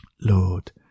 Lord